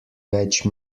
več